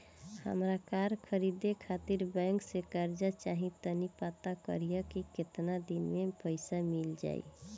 हामरा कार खरीदे खातिर बैंक से कर्जा चाही तनी पाता करिहे की केतना दिन में पईसा मिल जाइ